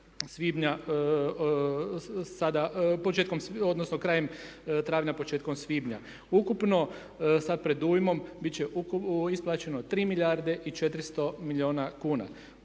sada, odnosno krajem travnja, početkom svibnja. Ukupno sad predujmom bit će isplaćeno 3 milijarde i 400 milijuna kuna.